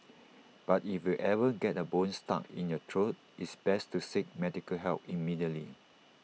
but if you ever get A bone stuck in your throat it's best to seek medical help immediately